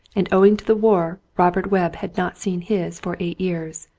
and owing to the war robert webb had not seen his for eight years.